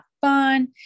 fun